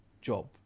job